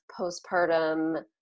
postpartum